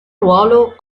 ruolo